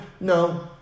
No